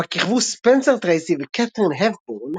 בה כיכבו ספנסר טרייסי וקתרין הפבורן,